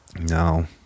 No